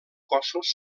cossos